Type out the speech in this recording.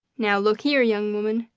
now look here, young woman,